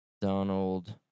Donald